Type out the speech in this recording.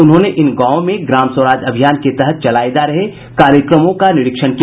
उन्होंने इन गांवों में ग्राम स्वराज अभियान के तहत चलाये जा रहे कार्यक्रमों का निरीक्षण किया